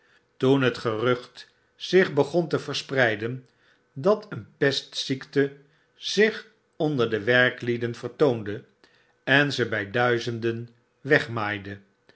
toen het gerucht zich begon te verspreiden dat een pestziekte zich onder de werklieden vertoonde en ze by duizenden wegmaaide